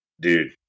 dude